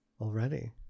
Already